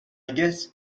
guess